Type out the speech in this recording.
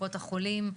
קופות החולים,